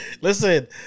Listen